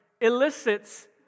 elicits